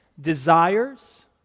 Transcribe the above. desires